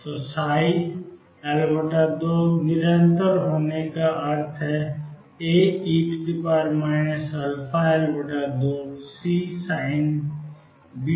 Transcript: तो L2 निरंतर होने का अर्थ है A e αL2Csin βL2